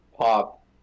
pop